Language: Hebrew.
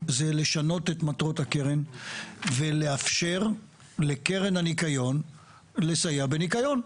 לשנות את מטרות הקרן ולאפשר לקרן הניקיון לסייע בניקיון.